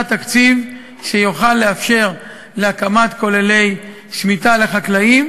תקציב שיוכל לאפשר הקמת כוללי שמיטה לחקלאים,